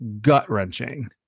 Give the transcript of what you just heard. gut-wrenching